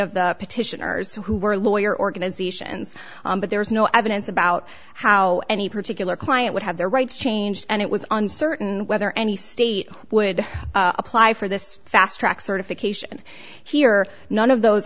of the petitioners who were lawyer organizations but there was no evidence about how any particular client would have their rights changed and it was uncertain whether any state would apply for this fast track certification here none of those